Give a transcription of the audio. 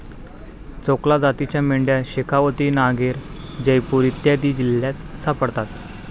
चोकला जातीच्या मेंढ्या शेखावती, नागैर, जयपूर इत्यादी जिल्ह्यांत सापडतात